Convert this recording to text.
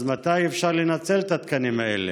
אז מתי אפשר לנצל את התקנים האלה?